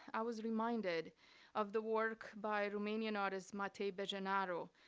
i was reminded of the work by romanian artist matei bejenaru,